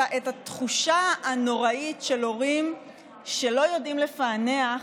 על התחושה הנוראית של הורים שלא יודעים לפענח,